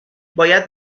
باید